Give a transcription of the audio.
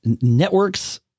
networks